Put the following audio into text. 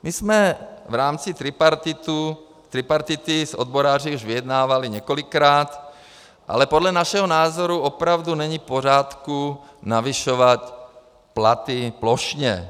My jsme v rámci tripartity s odboráři už vyjednávali několikrát, ale podle našeho názoru opravdu není v pořádku navyšovat platy plošně.